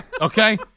Okay